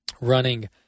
running